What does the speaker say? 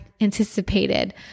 anticipated